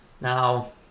Now